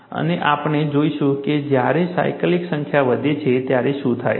અને આપણે જોઈશું કે જ્યારે સાયકલની સંખ્યા વધે છે ત્યારે શું થાય છે